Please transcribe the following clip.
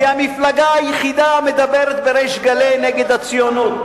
בל"ד היא המפלגה היחידה המדברת בריש גלי נגד הציונות,